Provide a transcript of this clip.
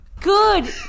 Good